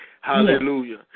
Hallelujah